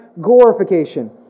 glorification